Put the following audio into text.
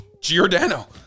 Giordano